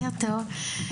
אותי.